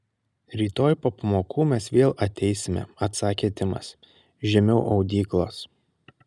rytoj po pamokų mes vėl ateisime atsakė timas žemiau audyklos